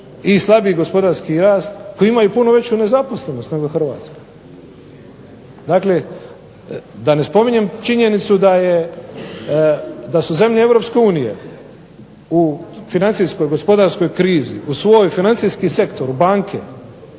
i slabiji gospodarski rast, koji imaju puno veću nezaposlenost nego HRvatska. Dakle, da ne spominjem činjenicu da su zemlje EU u financijskoj, gospodarskoj krizi u svoj financijski sektor, u banke